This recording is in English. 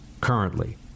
currently